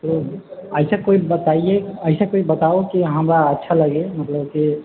ऐसा कोइ बताइए ऐसा कोइ बताओ कि हँ हमरा अच्छा लगे मतलब कि